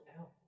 out